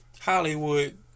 Hollywood